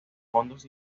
fondos